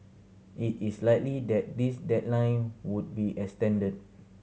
it is likely that this deadline would be extended